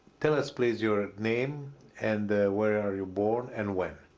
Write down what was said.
tell us please your name and where are you born and when,